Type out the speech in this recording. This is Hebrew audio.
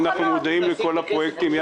אנחנו מודעים לכל הפרויקטים.